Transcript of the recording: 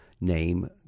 name